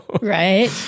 right